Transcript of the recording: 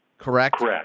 Correct